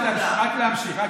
רק להמשיך.